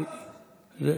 ככה זה.